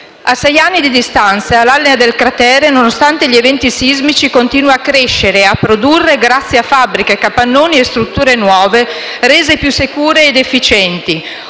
A sei anni di distanza l'area del cratere, nonostante gli eventi sismici, continua a crescere e a produrre grazie a fabbriche, a capannoni e a strutture nuove rese più sicure ed efficienti.